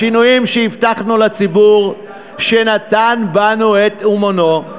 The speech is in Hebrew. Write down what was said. השינויים שהבטחנו לציבור שנתן בנו את אמונו,